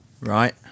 Right